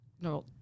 No